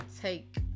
take